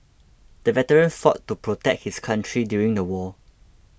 the veteran fought to protect his country during the war